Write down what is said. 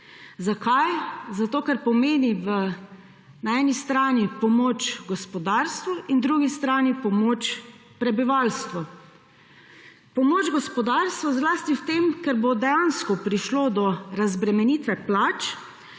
Zakaj? Zato, ker pomeni na eni strani pomoč gospodarstvu in na drugi strani pomoč prebivalstvu. Pomoč gospodarstvu zlasti v tem, ker bo dejansko prišlo do razbremenitve plač,